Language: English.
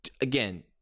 again